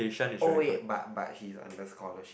oh wait but but he under scholarship